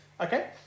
Okay